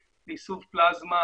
לדוגמה, האיסוף של המידע,